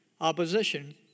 opposition